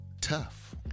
tough